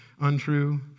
untrue